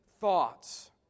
thoughts